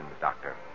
Doctor